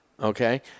okay